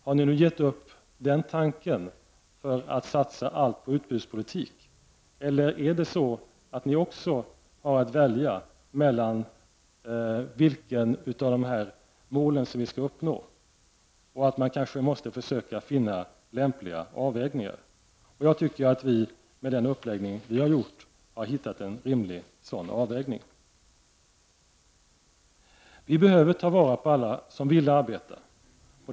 Har ni nu gett upp den tanken, för att satsa allt på utbudspolitik? Eller är det så att ni också har att välja vilket av dessa mål som vi skall uppnå och att man kanske måste finna lämpliga avvägningar? Jag tycker att vi med den uppläggning vi har gjort funnit en rimlig avvägning. Vi behöver ta vara på alla som vill arbeta.